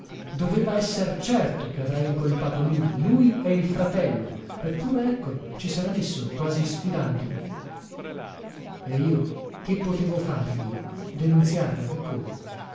doveva esser certo che avrei incolpato lui lui e il fratello eppure ecco ci sera messo quasi sfidandomi e io che potevo far io denunziarlo e come